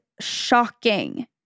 shocking